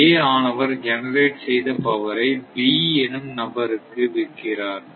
A ஆனவர் generate செய்த பவரை B எனும் நபருக்கு விற்கிறார்